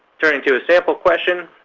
turning to a sample question,